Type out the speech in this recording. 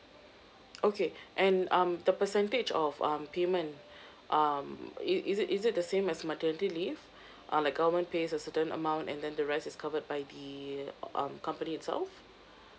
okay and um the percentage of um payment um it is it is it the same as maternity leave uh like government pays a certain amount and then the rest is covered by the um company itself